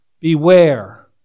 Beware